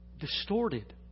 distorted